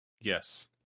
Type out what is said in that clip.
Yes